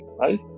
right